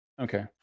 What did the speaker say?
Okay